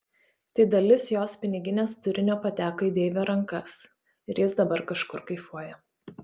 tai dalis jos piniginės turinio pateko į deivio rankas ir jis dabar kažkur kaifuoja